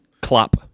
Clap